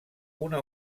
una